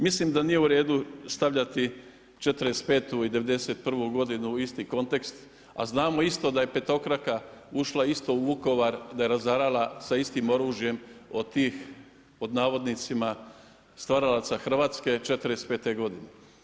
Mislim da nije uredu stavljati '45. i '91. godinu u isti kontekst, a znamo isto da je petokraka ušla isto u Vukovar da je razarala sa istim oružjem od tih „stvaralaca Hrvatske“ '45. godine.